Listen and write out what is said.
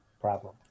problem